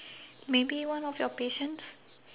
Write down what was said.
maybe one of your patients